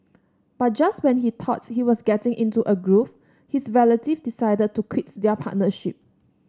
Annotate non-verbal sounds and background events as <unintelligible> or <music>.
but just when he thought he was getting into a groove his relative decided to <unintelligible> their partnership